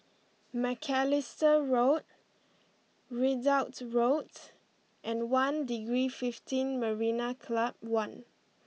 Macalister Road Ridout Roads and One Degree Fifteen Marina Club One